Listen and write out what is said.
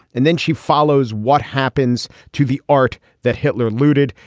and then she follows what happens to the art that hitler looted.